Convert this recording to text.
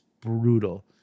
brutal